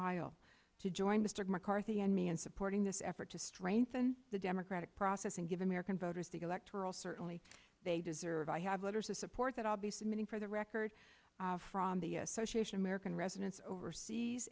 aisle to join mr mccarthy and me in supporting this effort to strengthen the democratic process and give american voters the electoral certainly they deserve i have letters of support that i'll be submitting for the record from the association of american residents overseas